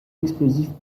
explosifs